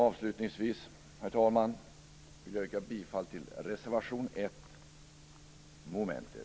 Avslutningsvis, herr talman, vill jag yrka bifall till reservation 1 under mom. 1.